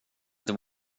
inte